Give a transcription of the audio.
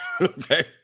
Okay